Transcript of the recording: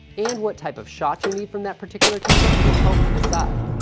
and what type of shots you need from that particular camera will help you decide.